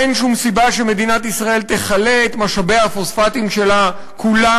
אין שום סיבה שמדינת ישראל תכלה את משאבי הפוספטים שלה כולם